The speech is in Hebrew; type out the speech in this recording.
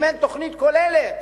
אם אין תוכנית כוללת